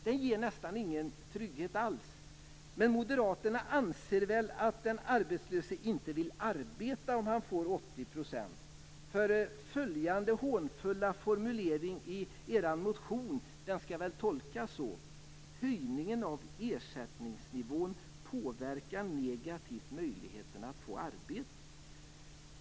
Den ger nästan ingen trygghet alls. Men moderaterna anser väl att den arbetslöse inte vill arbeta om han får 80 %. Följande hånfulla formulering i er motion skall väl tolkas på det sättet: höjningen av ersättningsnivån påverkar negativt möjligheterna att få arbete.